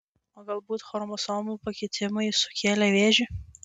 o galbūt chromosomų pakitimai sukėlė vėžį